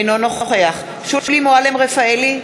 אינו נוכח שולי מועלם-רפאלי,